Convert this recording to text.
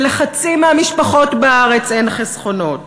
שלחצי מהמשפחות בארץ אין חסכונות,